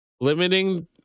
Limiting